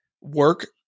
work